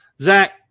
Zach